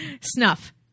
Snuff